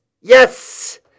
Yes